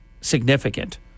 significant